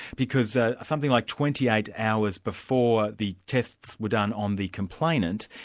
because ah something like twenty eight hours before the tests were done on the complainant,